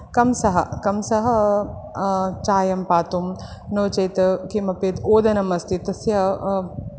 कंसः कंसः चायं पातुं नो चेत् किमपि ओदनम् अस्ति तस्य